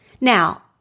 Now